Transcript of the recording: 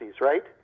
right